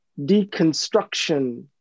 deconstruction